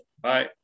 Bye